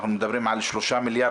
אנחנו מדברים על 3 מיליארד,